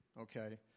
okay